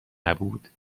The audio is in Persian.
نبود